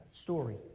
story